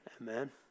Amen